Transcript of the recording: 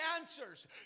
answers